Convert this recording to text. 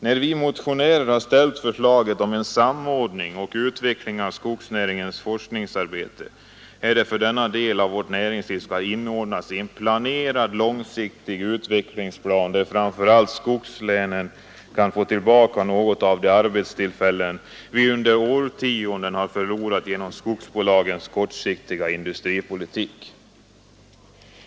När vi motionärer har ställt förslaget om en samordning och utveckling av skogsnäringens forskningsarbete, är det för att denna del av vårt näringsliv skall inordnas i en planerad långsiktig utveckling där framför allt skogslänen kan få tillbaka något av de arbetstillfällen vi under årtionden har förlorat genom skogsbolagens kortsiktiga industripolitik.